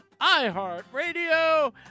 iHeartRadio